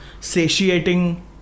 Satiating